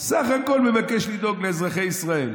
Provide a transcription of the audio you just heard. וסך הכול מבקש לדאוג לאזרחי ישראל.